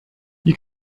you